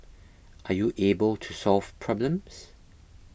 are you able to solve problems